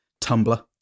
Tumblr